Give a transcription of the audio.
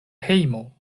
hejmo